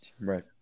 Right